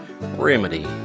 Remedy